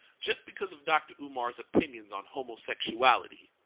just because of dr. umar's opinions on homosexuality.